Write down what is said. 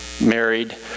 married